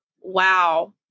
wow